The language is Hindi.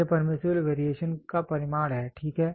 यह परमीसिबल वेरिएशन का परिमाण है ठीक है